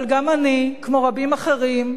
אבל גם אני, כמו רבים אחרים,